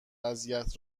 اذیت